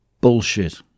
bullshit